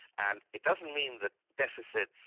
and it doesn't mean that deficits,